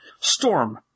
Storm